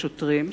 השוטרים,